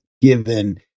given